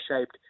shaped